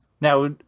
Now